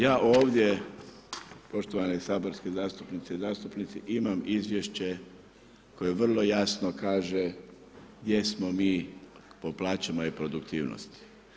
Ja ovdje, poštovani saborske zastupnice i zastupnici, imam izvješće koje vrlo jasno kaže gdje smo mi po plaćama i produktivnosti.